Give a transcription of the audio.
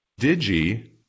Digi